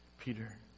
Peter